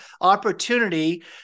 opportunity